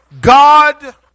God